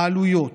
העלויות: